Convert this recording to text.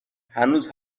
هنوز